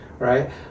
Right